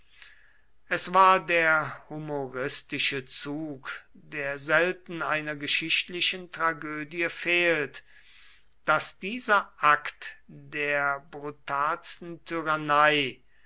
es war der humoristische zug der selten einer geschichtlichen tragödie fehlt daß dieser akt der brutalsten